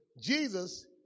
Jesus